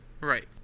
right